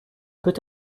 peut